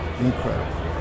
incredible